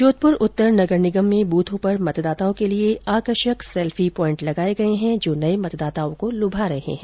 जोधपुर उत्तर नगर निगम में बूथों पर मतदाताओं के लिए आकर्षक सेल्फी पॉइंट लगाए गए हैं जो नए मतदाताओं को लुभा रहे हैं